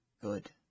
good